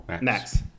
Max